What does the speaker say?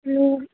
लु